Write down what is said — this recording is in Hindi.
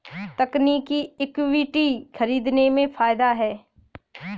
तकनीकी इक्विटी खरीदने में फ़ायदा है